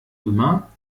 immer